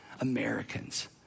Americans